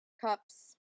Cups